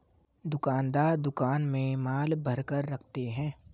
दुकानदार दुकान में माल भरकर रखते है